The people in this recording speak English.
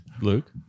Luke